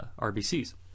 RBCs